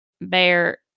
bear